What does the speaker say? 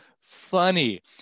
funny